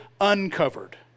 uncovered